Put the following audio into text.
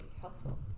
helpful